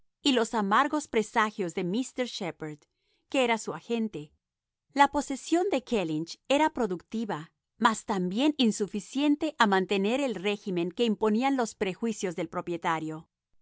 y los amargos presagios de míster shepherd que era su agente la posesión de kellynch era productiva mas también insuficiente a mantener el régimen que imponían los prejuicios del propietario